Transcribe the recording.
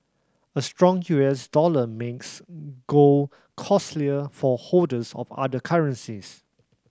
a strong U S dollar makes gold costlier for holders of other currencies